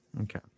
Okay